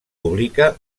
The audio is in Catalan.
publica